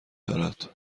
دارد